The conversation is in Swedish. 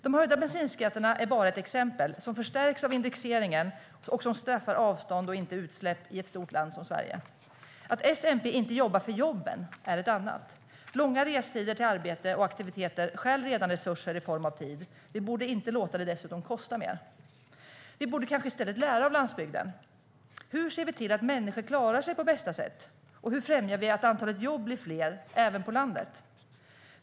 De höjda bensinskatterna är bara ett exempel som förstärks av indexeringen och som straffar avstånd och inte utsläpp i ett stort land som Sverige. Att S-MP inte jobbar för jobben är ett annat. Långa restider till arbete och aktiviteter stjäl redan resurser i form av tid. Vi borde inte dessutom låta det kosta mer. Vi borde kanske i stället lära av landsbygden. Hur ser vi till att människor klarar sig på bästa sätt? Hur främjar vi att antalet jobb blir fler, även på landet?